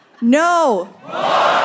No